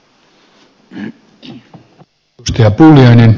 arvoisa puhemies